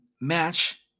match